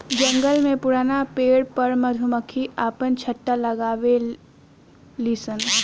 जंगल में पुरान पेड़ पर मधुमक्खी आपन छत्ता लगावे लिसन